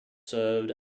served